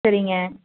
சரிங்க